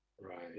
Right